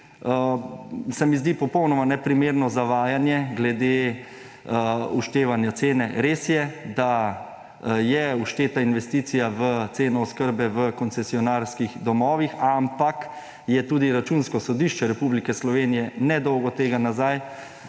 se mi zdi popolnoma neprimerno zavajanje glede vštevanja cene. Res je, da je všteta investicija v ceno oskrbe v koncesionarskih domovih, ampak je tudi Računsko sodišče Republike Slovenije ne dolgo tega nazaj